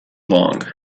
long